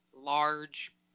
Large